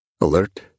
Alert